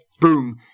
boom